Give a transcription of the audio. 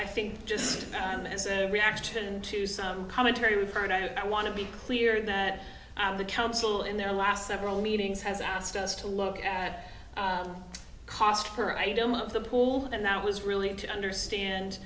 i think just as a reaction to some commentary we've heard and i want to be clear that the council in their last several meetings has asked us to look at cost per item of the pool and that was really to understand